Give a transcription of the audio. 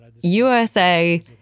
USA